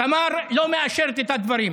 תמר לא מאשרת את הדברים.